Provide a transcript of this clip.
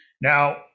Now